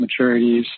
maturities